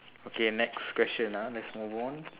okay next question ah let's move on